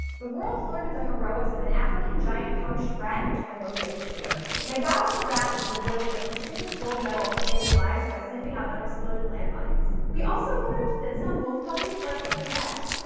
the world learned of the heroics of an african giant pouched rat in cambodia this year. magawa the rat was awarded a prestigious gold medal for saving lives by sniffing out unexploded unexploded land mines. we also learned that some wolf puppies like to play fetch.